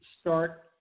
start